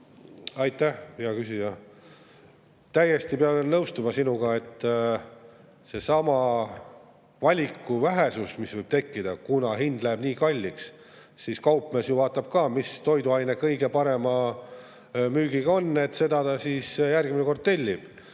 Aitäh, hea küsija! Täiesti pean nõustuma sinuga, et valikuvähesus võib tekkida. Kuna hind läheb nii kalliks, siis kaupmees vaatab, milline toiduaine kõige parema müügiga on, seda ta siis järgmine kord tellib.